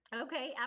Okay